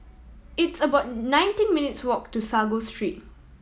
it's about nineteen minutes walk to Sago Street